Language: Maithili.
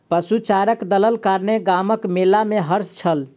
पशुचारणक दलक कारणेँ गामक मेला में हर्ष छल